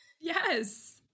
Yes